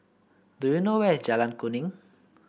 do you know where is Jalan Kuning